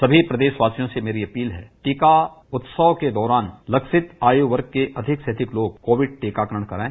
सभी प्रदेशवासियों से मेरी अपील है टीका उत्सव के दौरान लक्षित आयु वर्ग के अधिक से अधिक लोग कोविड टीकाकरण करवाएं